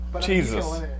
Jesus